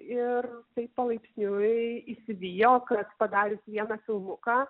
ir taip palaipsniui įsivijo kad padarius vieną filmuką